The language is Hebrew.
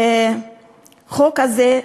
החוק הזה,